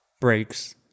breaks